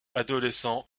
adolescent